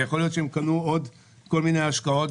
ויכול להיות שהם קנו עוד כל מיני השקעות,